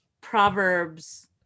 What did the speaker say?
Proverbs